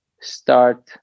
start